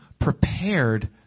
prepared